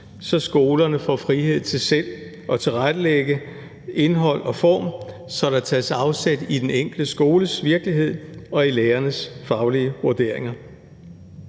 så skolerne får frihed til selv at tilrettelægge indhold og form, så der tages afsæt i den enkelte skoles virkelighed og i lærernes faglige vurderinger.